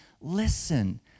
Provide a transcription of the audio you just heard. listen